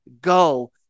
go